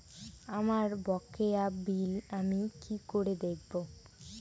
আমার বকেয়া বিল আমি কি করে দেখব?